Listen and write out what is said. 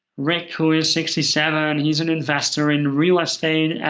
rick, who is sixty seven, he's an investor in real estate,